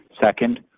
Second